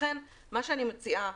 לכן אני מציעה,